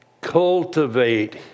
Cultivate